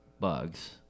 bugs